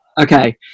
okay